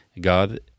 God